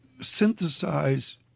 synthesize